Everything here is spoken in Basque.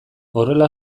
horrela